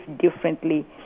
differently